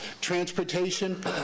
transportation